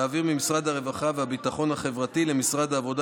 להעביר ממשרד הרווחה והביטחון החברתי למשרד העבודה